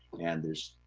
and there's